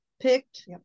picked